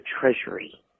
Treasury